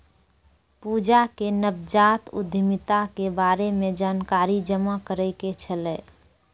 पूजा के नवजात उद्यमिता के बारे मे जानकारी जमा करै के छलै